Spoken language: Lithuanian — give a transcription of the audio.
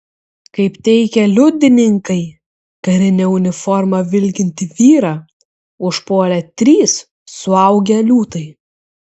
kaip teigia liudininkai karine uniforma vilkintį vyrą užpuolė trys suaugę liūtai